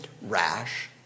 rash